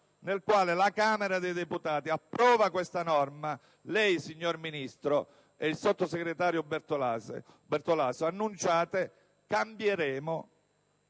nel quale Camera dei deputati approva questa norma, lei, signor Ministro, e il sottosegretario Bertolaso annunciate: cambieremo,